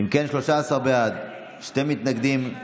אם כן, 13 בעד, שני מתנגדים,